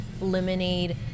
lemonade